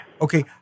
Okay